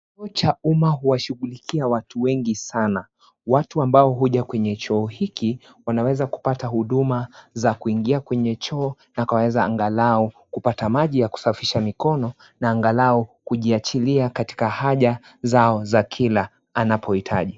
Choo cha umma huwashughulikia watu wengi sana, watu ambayo huja kwenye choo hiki wanaweza kupata huduma za kuingia kwenye choo na kuweza angalau kupata maji ya kusafisha mikono na angalau kujiachilia katika haja zao za kila anapohitaji.